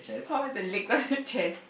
how is the legs of the chairs